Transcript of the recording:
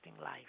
life